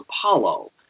Apollo